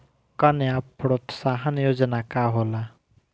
कन्या प्रोत्साहन योजना का होला?